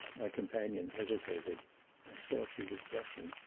my companion hesitated i saw she was blushing.